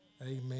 Amen